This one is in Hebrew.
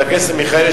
חבר הכנסת מיכאלי,